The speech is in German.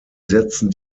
setzen